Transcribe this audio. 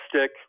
stick